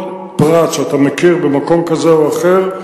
כל פרט שאתה מכיר במקום כזה או אחר,